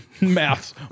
Maths